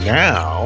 now